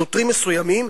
שוטרים מסוימים,